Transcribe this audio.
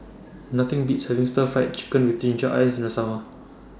Nothing Beats having Stir Fried Chicken with Ginger Onions in The Summer